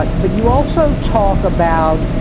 but but you also talk about